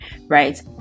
right